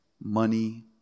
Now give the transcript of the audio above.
money